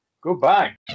goodbye